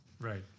right